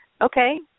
Okay